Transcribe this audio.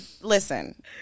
Listen